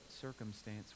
circumstance